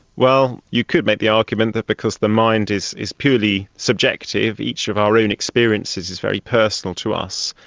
well, you could make the argument that because the mind is is purely subjective, each of our own experiences is very personal to us,